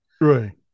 Right